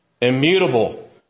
Immutable